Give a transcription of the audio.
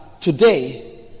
today